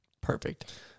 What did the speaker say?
perfect